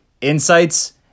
insights